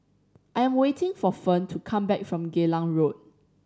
I'm waiting for Fern to come back from Geylang Road